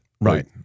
Right